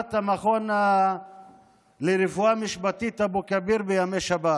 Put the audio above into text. להפעלת המכון לרפואה משפטית באבו כביר בימי שבת.